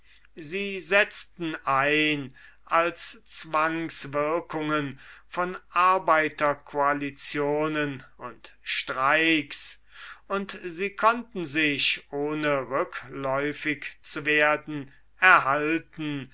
sie setzten ein als zwangswirkungen von arbeiterkoalitionen und streiks und sie konnten sich ohne rückläufig zu werden erhalten